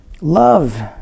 Love